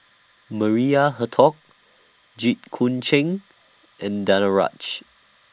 Maria Hertogh Jit Koon Ch'ng and Danaraj